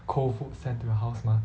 cold food sent to your house mah